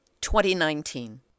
2019